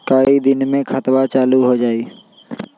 कई दिन मे खतबा चालु हो जाई?